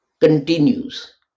continues